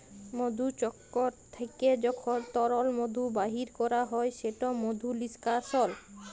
মধুচক্কর থ্যাইকে যখল তরল মধু বাইর ক্যরা হ্যয় সেট মধু লিস্কাশল